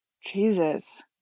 Jesus